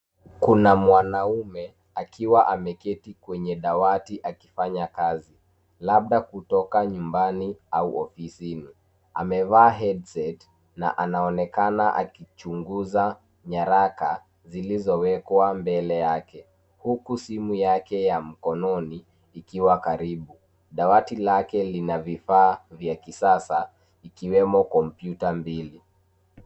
Kuna mwanaume akiwa ameketi kwenye dawati akifanya kazi, labda kutoka nyumbani au ofisini. Amevaa [cs[headset na anaonekana akichunguza nyaraka zilizowekwa mbele yake, huku simu yake ya mkononi ikiwa karibu. Dawati lake lina vifaa vya kisasa ikiwemo kompyuta mbili.